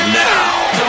now